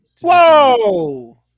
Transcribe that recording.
Whoa